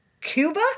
Cuba